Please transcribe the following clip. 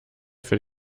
für